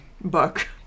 book